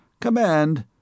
Command